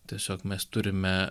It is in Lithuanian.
tiesiog mes turime